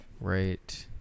Right